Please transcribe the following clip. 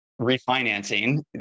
refinancing